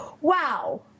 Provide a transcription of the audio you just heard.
Wow